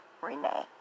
Renee